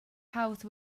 house